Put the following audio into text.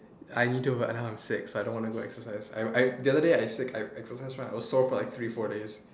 I need to but now I'm sick so I don't want to go exercise I I the other day I sick I exercise straight I sore for actually four days